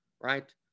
right